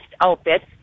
outfits